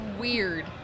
weird